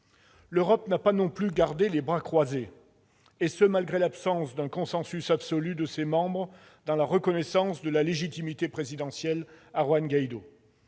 L'Europe n'a pas non plus gardé les bras croisés, et ce malgré l'absence d'un consensus absolu de ses membres pour la reconnaissance de la légitimité présidentielle de Juan Guaidó.